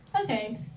Okay